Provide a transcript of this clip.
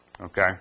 Okay